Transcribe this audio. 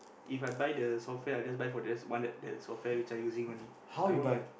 If I buy the software I just buy for just one that that software that I using only I won't